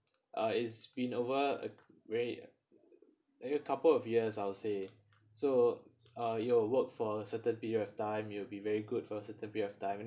uh it's been over uh really a couple of years I would say so uh it will work for a certain period of time it will be very good for a certain period of time